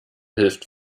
hilft